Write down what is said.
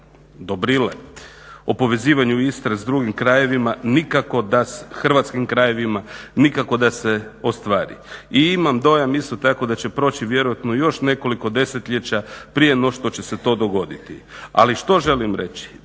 Dobrile o povezivanju Istre s drugim krajevima, hrvatskim krajevima, nikako da se ostvari. I imam dojam isto tako da će proći vjerojatno još nekoliko desetljeća prije no što će se to dogoditi. Ali što želim reći?